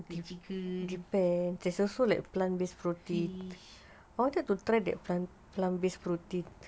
the chicken fish